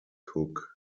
cook